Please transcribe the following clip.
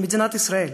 של מדינת ישראל.